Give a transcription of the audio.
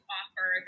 offer